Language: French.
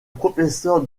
professeur